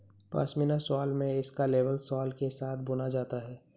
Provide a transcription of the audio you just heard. pashmina shawl में इसका label सोल के साथ बुना जाता है